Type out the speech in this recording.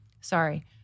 Sorry